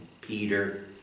Peter